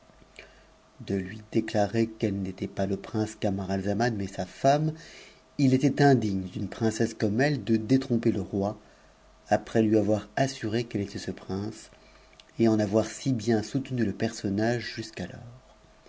de lui déclarer qu'elle n'était pas le prince camaralzaman mais sa femme il était indigne d'une prinfcsse comme elle de détromper le roi après lui avoir assuré qu'elle était re prince et en avoir si bien soutenu le personnage jusqu'alors